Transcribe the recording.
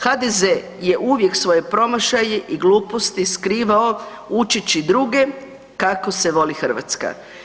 HDZ je uvijek svoje promašaje i gluposti skrivao učeći druge kako se voli Hrvatska.